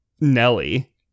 Nelly